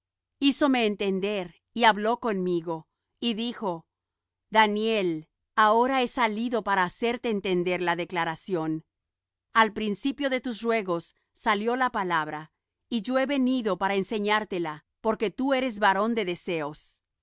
tarde hízome entender y habló conmigo y dijo daniel ahora he salido para hacerte entender la declaración al principio de tus ruegos salió la palabra y yo he venido para enseñártela porque tú eres varón de deseos